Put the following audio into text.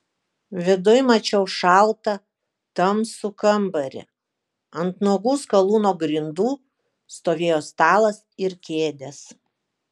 viduj mačiau šaltą tamsų kambarį ant nuogų skalūno grindų stovėjo stalas ir kėdės